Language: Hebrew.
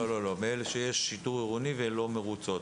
לא, לא, באלה שיש שיטור עירוני והן לא מרוצות.